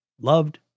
loved